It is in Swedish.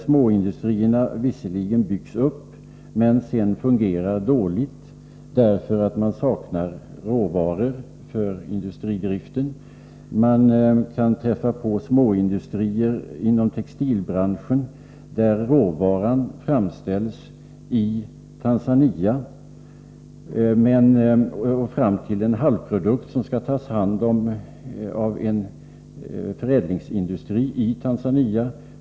Småindustrierna byggs visserligen upp, men fungerar sedan dåligt, därför att det saknas råvaror för industridriften. Man kan träffa på småindustrier inom textilbranschen, där råvaran framställs i Tanzania fram till en halvprodukt, som skall tas om hand av en förädlingsindustri i Tanzania.